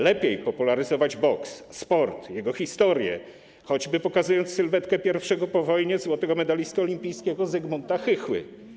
Lepiej popularyzować boks, sport, jego historię, choćby pokazując sylwetkę pierwszego po wojnie złotego medalisty olimpijskiego Zygmunta Chychły.